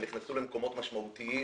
הם נכנסו למקומות משמעותיים.